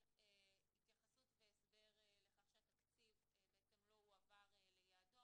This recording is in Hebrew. התייחסות והסבר לכך שהתקציב בעצם לא הועבר ליעדו,